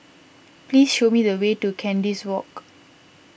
please show me the way to Kandis Walk